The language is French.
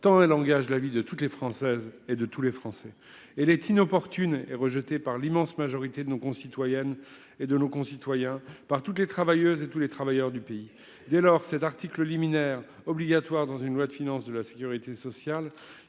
tant un langage. La vie de toutes les Françaises et de tous les Français et les est inopportune et rejetée par l'immense majorité de nos concitoyennes et de nos concitoyens par toutes les travailleuses et tous les travailleurs du pays dès lors cet article liminaire obligatoire dans une loi de finances de la Sécurité sociale